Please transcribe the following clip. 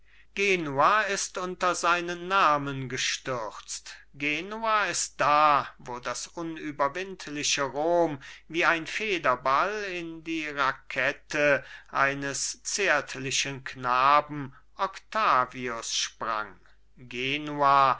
genua ist unter seinen namen gestürzt genua ist da wo das unüberwindliche rom wie ein federball in die rakett eines zärtlichen knaben oktavius sprang genua